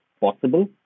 possible